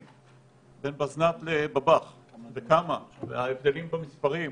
בין בזנ"ט לבב"ח וכמה וההבדלים במספרים.